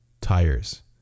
tires